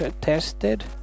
tested